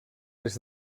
des